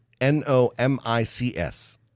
n-o-m-i-c-s